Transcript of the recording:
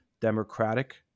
Democratic